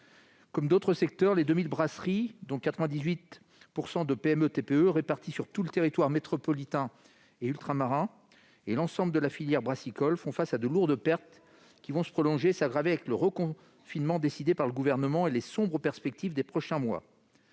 Comme d'autres secteurs, les 2 000 brasseries, dont 98 % de PME et de TPE, réparties sur tout le territoire métropolitain et ultramarin, ainsi que l'ensemble de la filière brassicole, font face à de lourdes pertes qui vont se prolonger et s'aggraver avec le reconfinement décidé par le Gouvernement et les sombres perspectives à venir.